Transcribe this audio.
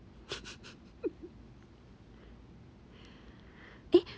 eh